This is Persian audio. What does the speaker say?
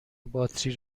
باتری